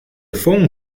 phone